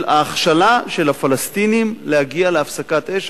ההכשלה של הפלסטינים להגיע להפסקת אש.